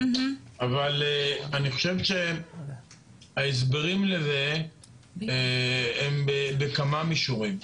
אבל אני חושב שההסברים לזה הם בכמה מישורים.